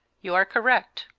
you are correct.